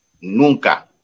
nunca